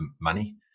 money